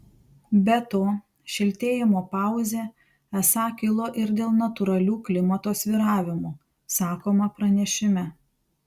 be to šiltėjimo pauzė esą kilo ir dėl natūralių klimato svyravimų sakoma pranešime